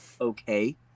okay